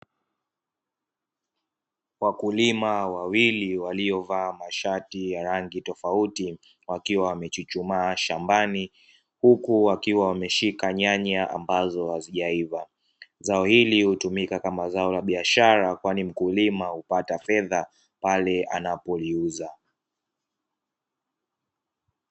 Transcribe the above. Wakulima wawili waliovaa mashati ya rangi tofauti wakiwa wamechuchumaa shambani, huku wakiwa wameshika nyanya ambazo hazijaivaa. zao hili hutumika kama zao la biashara kwani mkulima hupata fedha pale anapoliuza.